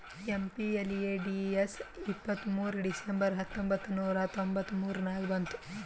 MPLADS ಇಪ್ಪತ್ತ್ಮೂರ್ December ಹತ್ತೊಂಬತ್ ನೂರಾ ತೊಂಬತ್ತ ಮೂರ ನಾಗ ಬಂತು